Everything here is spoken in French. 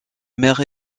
mère